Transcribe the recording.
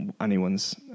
anyone's